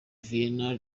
vienna